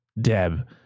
Deb